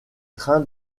trains